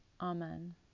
Amen